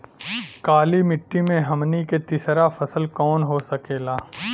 काली मिट्टी में हमनी के तीसरा फसल कवन हो सकेला?